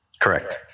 Correct